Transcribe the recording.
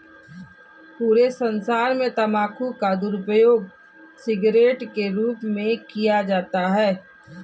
पूरे संसार में तम्बाकू का दुरूपयोग सिगरेट के रूप में किया जाता है